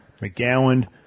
McGowan